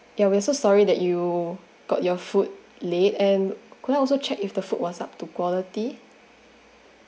ya we're so sorry that you got your food late and could I also check if the food was up to quality